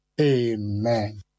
Amen